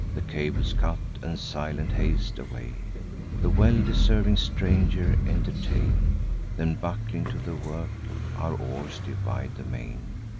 the cables cut, and silent haste away the well-deserving stranger entertain then, buckling to the work, our oars divide the main.